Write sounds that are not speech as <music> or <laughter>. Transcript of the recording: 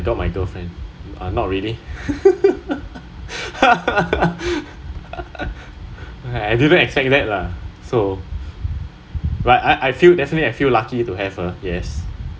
when I got my girlfriend uh not really <laughs> I didn't expect that lah so but I feel definitely I feel lucky to have her yes